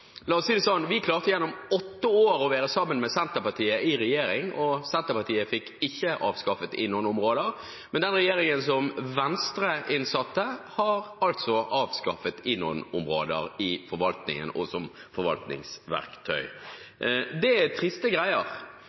La oss si det sånn: Vi klarte gjennom åtte år å være sammen med Senterpartiet i regjering, og Senterpartiet fikk ikke avskaffet INON-områder, men den regjeringen som Venstre innsatte, har altså avskaffet INON-områder i forvaltningen og som forvaltningsverktøy. Det er triste greier,